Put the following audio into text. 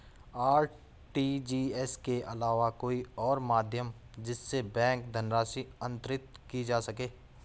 RTGS के अलावा कोई और माध्यम जिससे बैंक धनराशि अंतरित की जा सके?